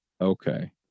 Okay